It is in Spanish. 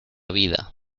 vida